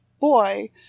boy